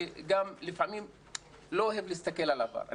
לפעמים לא אוהב להסתכל על העבר.